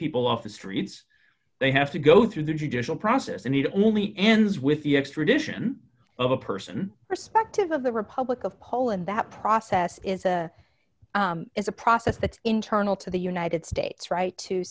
people off the streets they have to go through the judicial process and he'd only ends with the extradition of a person perspective of the republic of poland that process is a is a process that's internal to the united states right to